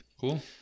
Cool